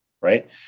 right